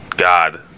god